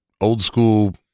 old-school